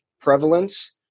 prevalence